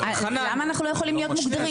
למה אנחנו לא יכולים להיות מוגדרים?